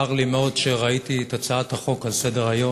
צר לי מאוד שראיתי את הצעת החוק על סדר-היום,